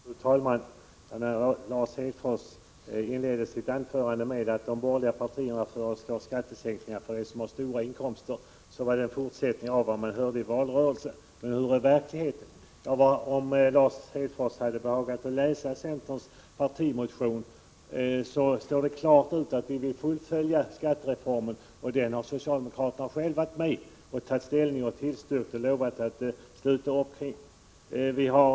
Fru talman! När Lars Hedfors inledde sitt anförande med att säga att de borgerliga partierna föreslår skattesänkningar för dem som har stora inkomster var det en fortsättning av vad som hördes i valrörelsen. Men hur är verkligheten? Om Lars Hedfors hade behagat läsa centerns partimotion hade han sett att det där sägs klart ut att vi vill fullfölja skattereformen. Den har socialdemokraterna själva varit med och tagit ställning till. Man har tillstyrkt den och lovat att sluta upp kring den.